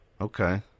okay